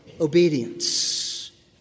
obedience